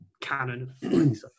canon